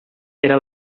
era